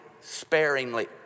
sparingly